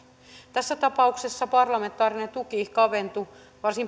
tässä tapauksessa parlamentaarinen tuki kaventui varsin